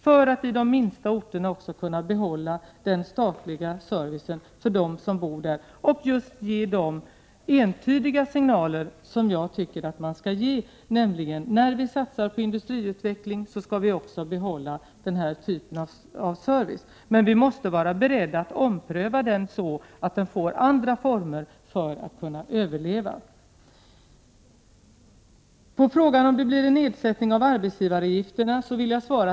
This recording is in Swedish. På detta sätt kan man på de minsta orterna behålla den statliga servicen för människorna som bor där och ge dem entydiga signaler, vilket jag tycker att man skall göra — när man satsar på industriutveckling skall man också behålla den här typen av service. Men man måste vara beredd att ompröva den så att den får andra former för att kunna överleva. På frågan om det blir en nedsättning av arbetsgivaravgifterna vill jag svara Prot.